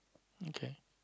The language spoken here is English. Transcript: okay